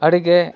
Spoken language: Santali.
ᱟᱹᱰᱤᱜᱮ